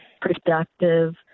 productive